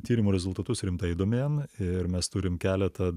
tyrimų rezultatus rimtai domėn ir mes turim keletą